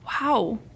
Wow